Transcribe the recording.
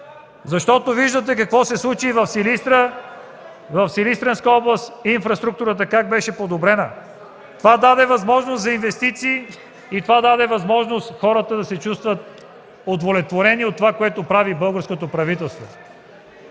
защото виждате какво се случи и в Силистра, в Силистренска област – как беше подобрена инфраструктурата. Това даде възможност за инвестиции, даде възможност хората да се чувстват удовлетворени от това, което прави българското правителство.